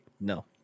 No